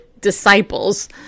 disciples